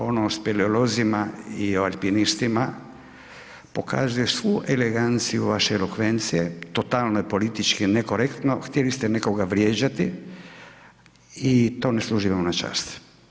Ono o speolozima i o alpinistima pokazuje svu eleganciju vaše elokvencije, totalno politički nekorektno, htjeli ste nekoga vrijeđati i to ne služi vam na čast.